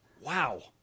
Wow